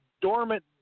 dormant